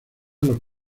los